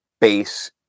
base